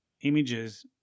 images